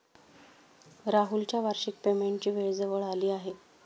राहुलच्या वार्षिक पेमेंटची वेळ जवळ आली आहे